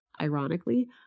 ironically